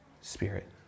spirit